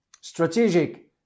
strategic